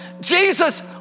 Jesus